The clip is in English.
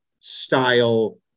style